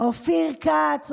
אופיר כץ,